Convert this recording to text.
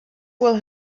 will